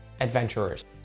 adventurers